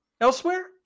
elsewhere